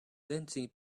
lindsey